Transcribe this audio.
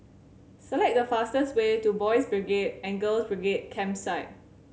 select the fastest way to Boys' Brigade and Girls' Brigade Campsite